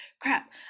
crap